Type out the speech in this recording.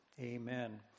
Amen